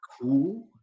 cool